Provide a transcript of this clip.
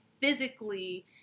physically